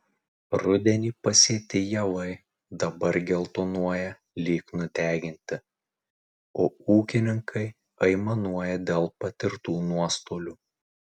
rudenį pasėti javai dabar geltonuoja lyg nudeginti o ūkininkai aimanuoja dėl patirtų nuostolių